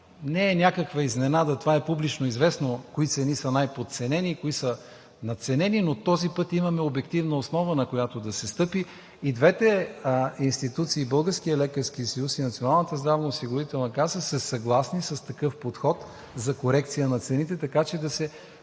не е някаква изненада, това е публично известно, кои цени са най-подценени и кои са надценени. Но този път имаме обективна основа, на която да се стъпи. И двете институции – и Българският лекарски съюз, и Националната здравноосигурителна каса, са съгласни с такъв подход за корекция на цените, така че да се